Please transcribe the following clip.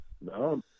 no